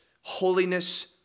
holiness